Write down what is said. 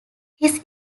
his